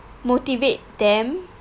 motivate them